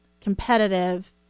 competitive